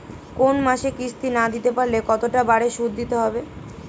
কোন মাসে কিস্তি না দিতে পারলে কতটা বাড়ে সুদ দিতে হবে?